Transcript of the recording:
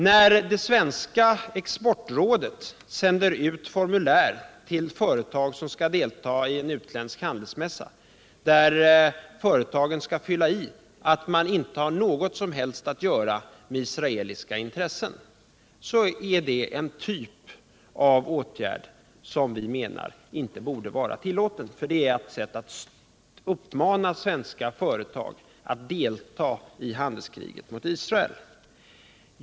När det svenska exportrådet sänder ut formulär till företag som skall delta i en utländsk handelsmässa, där företagen skall fylla i att man inte har något som helst att göra med israeliska intressen, så är det en åtgärd av en typ som enligt vår mening inte borde vara tillåten. Det är ett sätt att uppmana svenska företag att delta i handelskriget mot Israel.